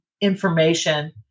information